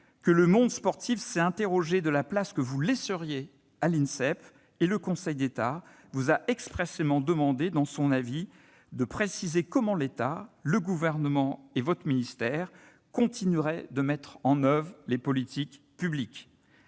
que monde sportif s'est interrogé sur la place qui serait laissée à l'Insep. Le Conseil d'État vous a expressément demandé dans son avis de préciser comment l'État, le Gouvernement et votre ministère continueraient de mettre en oeuvre les politiques publiques.